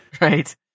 right